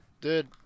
Dude